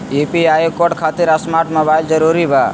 UPI code खातिर smart mobile जरूरी बा?